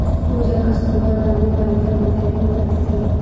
पूजा कस्तूरबा गांधी बालिका विद्यालय में पढ़ती थी